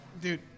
Dude